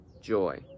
joy